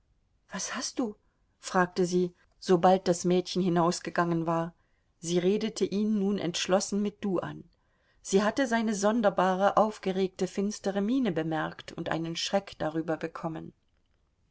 was hast du fragte sie sobald das mädchen hinausgegangen war sie redete ihn nun entschlossen mit du an sie hatte seine sonderbare aufgeregte finstere miene bemerkt und einen schreck darüber bekommen